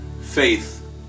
faith